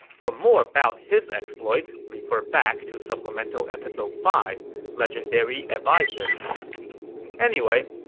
for more about his exploits, refer back to supplemental episode five legendary advisers anyway,